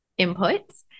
inputs